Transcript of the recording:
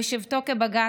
בשבתו כבג"ץ,